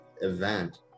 event